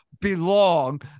belong